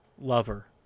lover